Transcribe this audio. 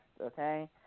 okay